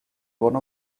one